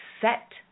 set